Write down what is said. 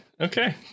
okay